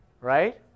right